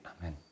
Amen